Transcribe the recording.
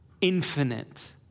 infinite